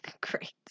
Great